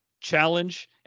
challenge